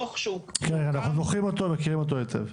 כן, אנחנו זוכרים אותו, מכירים אותו היטב.